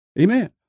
Amen